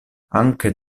anche